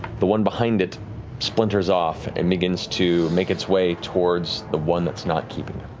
the one behind it splinters off and begins to make its way towards the one that's not keeping